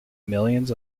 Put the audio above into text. millions